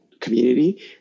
community